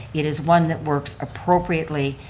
it is one that works appropriately,